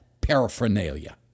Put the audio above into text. paraphernalia